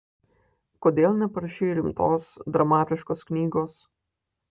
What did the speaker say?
kodėl neparašei rimtos dramatiškos knygos